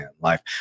Life